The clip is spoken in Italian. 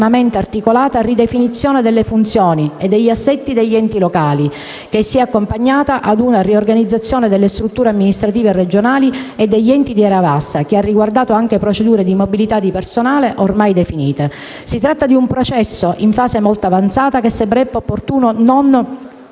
assetti degli enti locali, che si è accompagnata a una riorganizzazione delle strutture amministrative regionali e degli enti di area vasta (che ha riguardato anche procedure di mobilità di personale, ormai definite). Si tratta di un processo, in fase molto avanzata, che sembrerebbe opportuno non